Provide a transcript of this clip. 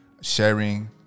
sharing